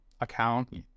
account